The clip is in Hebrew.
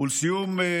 לסיום,